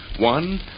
One